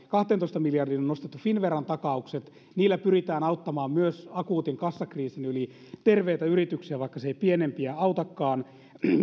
kahteentoista miljardiin on nostettu finnveran takaukset niillä pyritään auttamaan myös akuutin kassakriisin yli terveitä yrityksiä vaikka se ei pienempiä autakaan